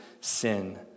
sin